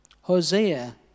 Hosea